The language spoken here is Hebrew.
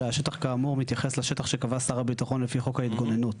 ש"השטח כאמור" מתייחס לשטח שקבע שר הביטחון לפי חוק ההתגוננות.